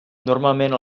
normalment